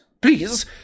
please